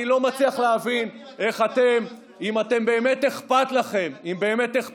אני לא מצליח להבין איך אתם, אם באמת אכפת לכם,